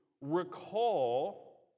recall